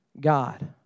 God